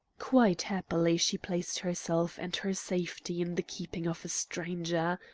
quite happily she placed herself and her safety in the keeping of a stranger.